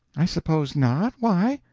i suppose not. why?